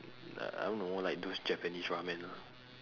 err I don't know like those japanese ramen lah